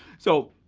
so,